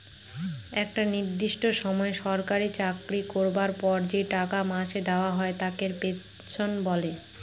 একটা নির্দিষ্ট সময় সরকারি চাকরি করবার পর যে টাকা মাসে দেওয়া হয় তাকে পেনশন বলে